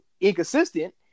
inconsistent